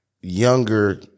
Younger